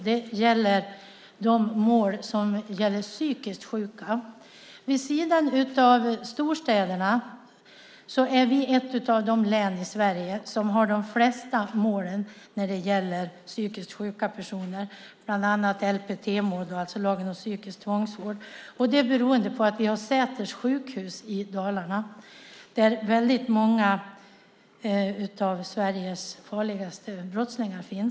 Det är de mål som gäller psykiskt sjuka. Vid sidan av storstäderna är vi ett av de län i Sverige som har flest mål när det gäller psykiskt sjuka personer. Det är bland annat LPT-mål, lagen om psykisk tvångsvård. Det beror på att vi har Säters sjukhus i Dalarna. Där finns många av Sveriges farligaste brottslingar.